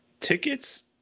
Tickets